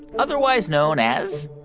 otherwise known as.